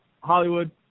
Hollywood